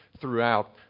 throughout